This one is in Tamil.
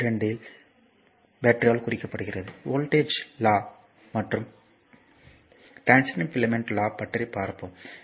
2 இல் பேட்டரியால் குறிக்கப்படுகிறது வோல்ட்டேஜ் லாவ் மற்றும் ட்ரான்சியின்ட் பிலமென்ட் லாவ் பற்றி பார்ப்போம்